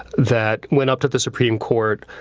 that went up to the supreme court.